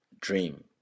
dream